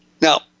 Now